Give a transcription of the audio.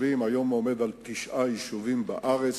לתשעה יישובים בארץ,